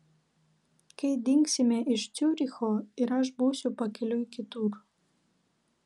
kai dingsime iš ciuricho ir aš būsiu pakeliui kitur